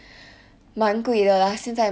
same lor I also no money